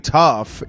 tough